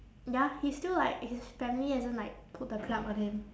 ya he's still like his family hasn't like pulled the plug on him